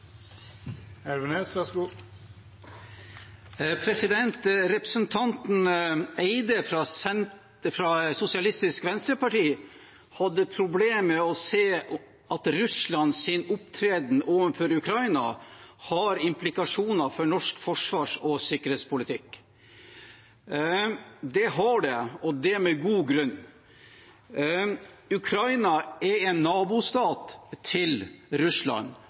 Elvenes fyrst. Kanskje vert det ein stor rokade? Det får me høyra på. Neste er Åsunn Lyngedal. Representanten Eide fra Sosialistisk Venstreparti hadde problem med å se at Russlands opptreden overfor Ukraina har implikasjoner for norsk forsvars- og sikkerhetspolitikk. Det har det, og det med god grunn. Ukraina er en nabostat til Russland,